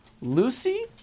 Lucy